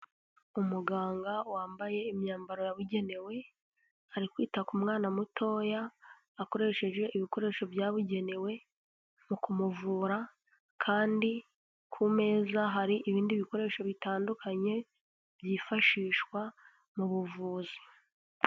Umuganga wambaye imyambaro yabugenewe, ari kwita ku mwana mutoya akoresheje ibikoresho byabugenewe mu kumuvura kandi ku meza hari ibindi bikoresho bitandukanye byifashishwa mu buvuzi.